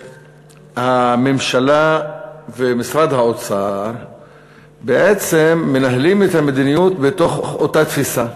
הממשלה ומשרד האוצר בעצם מנהלים את המדיניות בתוך אותה תפיסה,